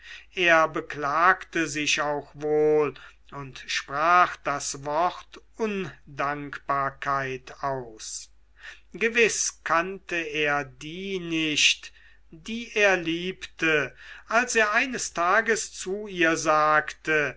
er beklagte sich auch wohl und sprach das wort undankbarkeit aus gewiß kannte er die nicht die er liebte als er eines tages zu ihr sagte